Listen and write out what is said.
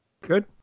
Good